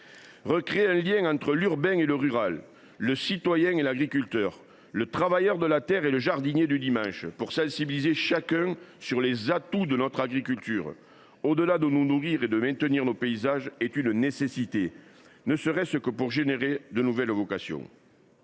Recréer un lien entre l’urbain et le rural, le citoyen et l’agriculteur, le travailleur de la terre et le jardinier du dimanche, pour sensibiliser chacun sur les atouts de notre agriculture, au delà de nous nourrir et de maintenir nos paysages, est une nécessité, ne serait ce que pour susciter de nouvelles vocations.